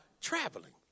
traveling